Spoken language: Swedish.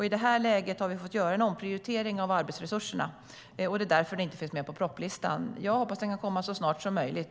I det här läget har vi fått göra en omprioritering av arbetsresurserna, och det är därför den inte finns med på propositionslistan. Jag hoppas att den kan komma så snart som möjligt.